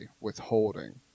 withholding